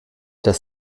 das